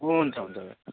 हुन्छ हुन्छ भाइ